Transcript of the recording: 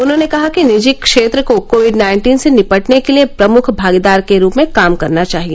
उन्होंने कहा कि निजी क्षेत्र को कोविड नाइन्टीन से निपटने के लिए प्रमुख भागीदार के रूप में काम करना चाहिए